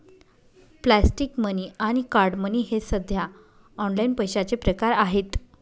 plastic money आणि card money हे सध्या ऑनलाइन पैशाचे प्रकार आहेत